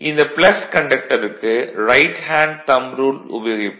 இந்த கண்டக்டருக்கு right hand thumb rule உபயோகிப்போம்